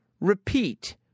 repeat